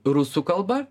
rusų kalba